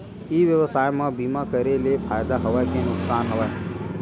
ई व्यवसाय म बीमा करे ले फ़ायदा हवय के नुकसान हवय?